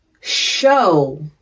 show